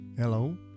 Hello